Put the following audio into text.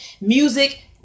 music